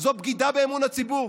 זו בגידה באמון הציבור,